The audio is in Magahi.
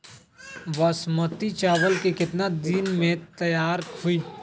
बासमती चावल केतना दिन में तयार होई?